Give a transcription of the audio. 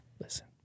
Listen